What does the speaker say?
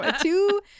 two